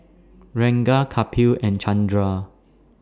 Ranga Kapil and Chandra